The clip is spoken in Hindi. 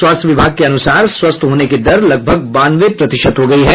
स्वास्थ्य विभाग के अनुसार स्वस्थ होने की दर लगभग बानवे प्रतिशत हो गयी है